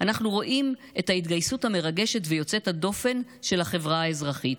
אנחנו רואים את ההתגייסות המרגשת ויוצאת הדופן של החברה האזרחית,